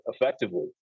effectively